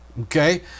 okay